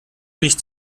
nicht